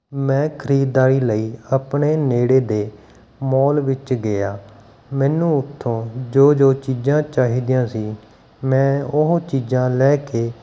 ਮੈਂ ਖਰੀਦਦਾਰੀ ਲਈ ਆਪਣੇ ਨੇੜੇ ਦੇ ਮੋਲ ਵਿੱਚ ਗਿਆ ਮੈਨੂੰ ਉੱਥੋਂ ਜੋ ਜੋ ਚੀਜ਼ਾਂ ਚਾਹੀਦੀਆਂ ਸੀ ਮੈਂ ਉਹ ਚੀਜ਼ਾਂ ਲੈ ਕੇ